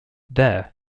there